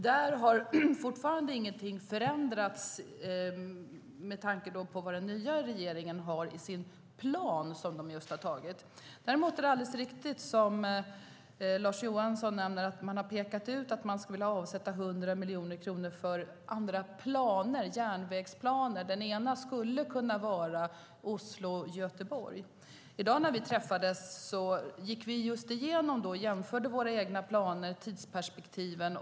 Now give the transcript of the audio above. Där har ingenting förändrats i den nya regeringens plan som nyligen antagits. Däremot är det alldeles riktigt som Lars Johansson säger att de sagt sig vilja avsätta 100 miljoner kronor för andra planer, för järnvägsplaner. En sådan skulle kunna vara Oslo-Göteborg. När vi träffades i dag gick vi igenom och jämförde våra planer och tidsperspektiv.